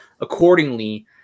accordingly